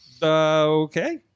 Okay